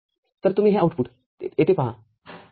तर तुम्ही हे आउटपुट येथे पहा